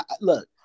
look